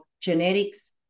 genetics